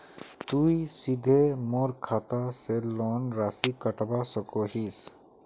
तुई सीधे मोर खाता से लोन राशि कटवा सकोहो हिस?